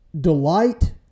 delight